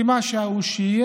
כי מה שהיה הוא שיהיה,